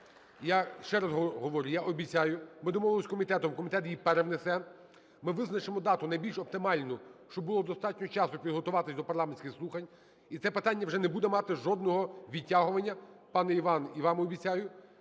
Я ще раз говорю, я обіцяю. Ми домовились з комітетом, комітет її перевнесе. Ми визначимо дату найбільш оптимальну, щоб було достатньо часу підготуватись до парламентських слухань. І це питання вже не буде мати жодного відтягування. Пане Іван, і вам обіцяю.